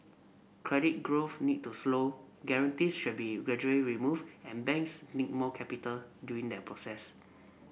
credit growth need to slow guarantees should be gradually removed and banks need more capital during that process